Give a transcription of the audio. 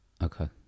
Okay